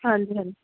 ਹਾਂਜੀ ਹਾਂਜੀ